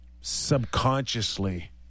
subconsciously